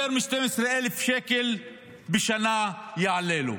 יותר מ-12,000 שקלים בשנה זה יעלה לו.